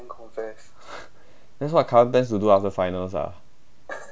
that's what kai wen plans to do after finals ah